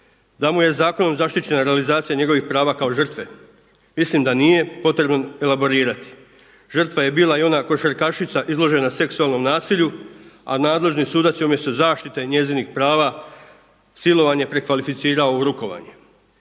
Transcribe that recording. Da mu je zakonom zaštićena realizacija njegovih prava kao žrtve mislim da nije potrebno elaborirati. Žrtva je bila i ona košarkašica izložena seksualnom nasilju, a nadležni sudac je umjesto zaštite njezinih prava silovanje prekvalificirao u rukovanje.